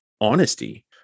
honesty